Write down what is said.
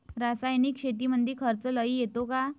रासायनिक शेतीमंदी खर्च लई येतो का?